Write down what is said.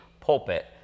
pulpit